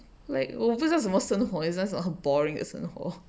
like 我不知道什么生活 is just 很 boring 的生活